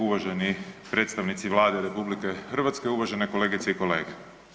Uvaženi predstavnici Vlade RH, uvažene kolegice i kolege.